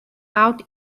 out